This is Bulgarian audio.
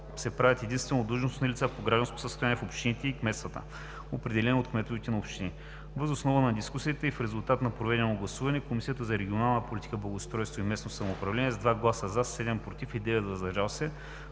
се правят единствено от длъжностните лица по гражданско състояние в общините и кметствата, определени от кметовете на общини. Въз основа на дискусията и в резултат на проведеното гласуване, Комисията по регионална политика, благоустройство и местно самоуправление с 2 гласа „за”, 7 гласа „против“ и 9 гласа „въздържали се“